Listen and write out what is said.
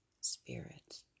Spirit